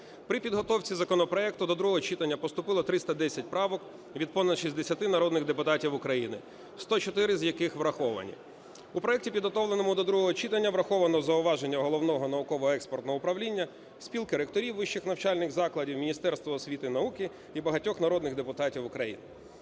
При підготовці законопроекту до другого читання поступило 310 правок від понад 60 народних депутатів України, 104 з яких враховані. У проекті, підготовленому до другого читання, враховано зауваження Головного науково-експертного управління, Спілки ректорів вищих навчальних закладів, Міністерства освіти і науки і багатьох народних депутатів України.